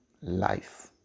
life